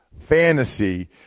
Fantasy